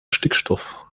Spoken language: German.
stickstoff